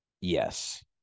Yes